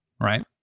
Right